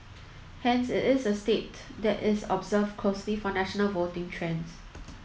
hence it is a state that is observed closely for national voting trends